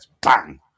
bang